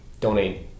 donate